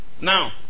Now